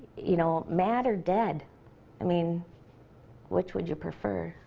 you know mad or dead i mean which would you prefer,